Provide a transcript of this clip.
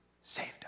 saved